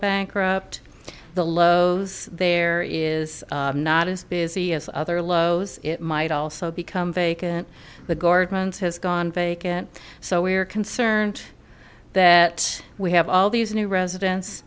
bankrupt the lowe's there is not as busy as other lows it might also become vacant the gardens has gone vacant so we are concerned that we have all these new residents